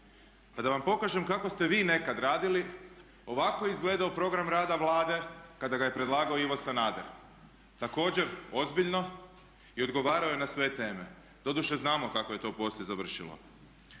Pa da vam pokažem kako ste vi nekad radili. Ovako je izgledao program rada Vlade kada ga je predlagao Ivo Sanader, također ozbiljno i odgovarao je na sve teme. Doduše znamo kako je to poslije završilo.